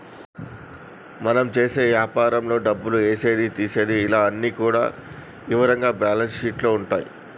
మనం చేసే యాపారంలో డబ్బులు ఏసేది తీసేది ఇలా అన్ని కూడా ఇవరంగా బ్యేలన్స్ షీట్ లో ఉంటాయి